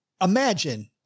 Imagine